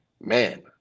man